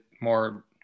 more